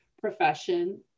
profession